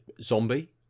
zombie